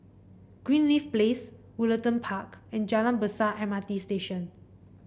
Greenleaf Place Woollerton Park and Jalan Besar M R T Station